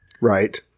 Right